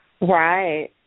Right